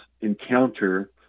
encounter